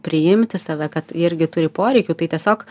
priimti save kad irgi turi poreikių tai tiesiog